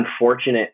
unfortunate